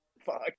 Fuck